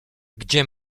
gdzie